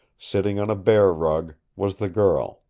sitting on a bear rug, was the girl.